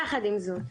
יחד עם זאת,